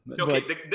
okay